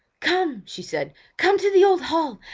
come! she said. come to the old hall!